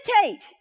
meditate